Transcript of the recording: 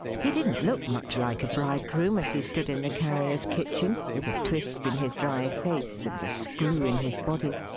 he didn't look much like a bridegroom, as he stood in the carrier's kitchen, with a twist in his dry face, and a screw in his body,